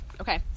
okay